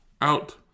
out